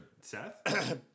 seth